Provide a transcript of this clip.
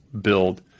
build